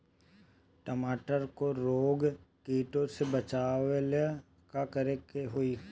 टमाटर को रोग कीटो से बचावेला का करेके होई?